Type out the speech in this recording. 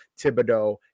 Thibodeau